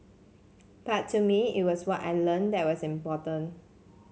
but to me it was what I learnt that was important